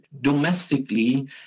domestically